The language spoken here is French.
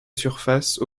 surface